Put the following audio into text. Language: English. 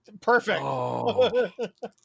Perfect